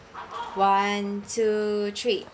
one two three